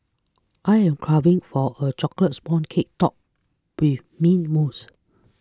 I am craving for a Chocolate Sponge Cake Topped with Mint Mousse